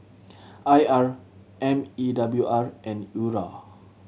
I R M E W R and URA